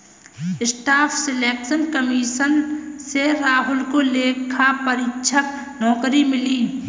staff selection commission से राहुल को लेखा परीक्षक नौकरी मिली